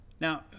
Now